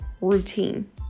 routine